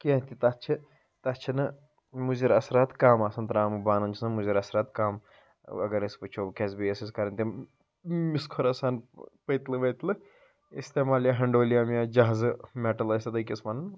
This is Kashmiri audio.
کیٚنٛہہ تہِ تَتھ چھِ تَتھ چھِنہٕ مُضِر اَثرات کَم آسان ترٛاموٗ بانَن چھِ آسان مُضِر اَثرات کَم تہٕ اگر أسۍ وُچھو تِکیٛازِ بیٚیہِ ٲسۍ أسۍ کَرٕنۍ تِم خۄراسان پٔتلہٕ ؤتلہٕ استعمال یا ہیٚنٛڈولیم یا جہازٕ میٚٹل ٲسۍ تتھ أکِس وَنان